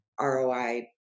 ROI